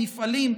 במפעלים,